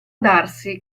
darsi